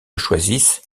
choisissent